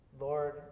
Lord